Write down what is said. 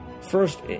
first